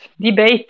debate